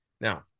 Now